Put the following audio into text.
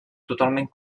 totalment